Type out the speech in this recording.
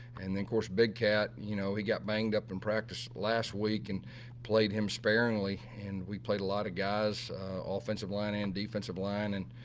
and then of course, big cat, you know, he got banged up in practice last week and played him sparingly. and we played a lot of guys offensive line and defensive line and,